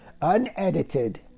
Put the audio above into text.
unedited